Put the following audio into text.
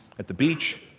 at the beach.